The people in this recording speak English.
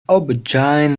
aubergine